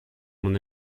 mon